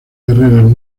carreras